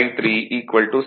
53 17